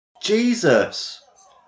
Jesus